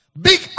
Big